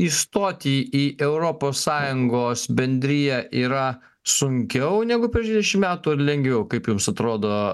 įstoti į europos sąjungos bendriją yra sunkiau negu prieš dvidešimt metų ar lengviau kaip jums atrodo